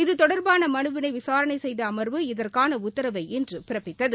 இது தொடர்பான மனுவை விசாரணை செய்த அமர்வு இதற்கான உத்தரவை இன்று பிறப்பித்தது